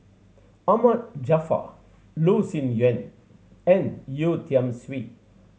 Ahmad Jaafar Loh Sin Yun and Yeo Tiam Siew